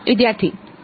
વિદ્યાર્થી N